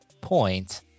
point